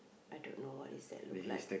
I dunno what is that looks like